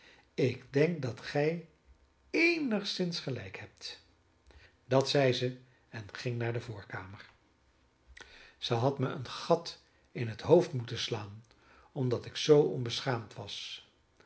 ik denk dat gij eenigszins gelijk hebt dat zei ze en ging naar de voorkamer zij had mij een gat in het hoofd moeten slaan omdat ik zoo onbeschaamd was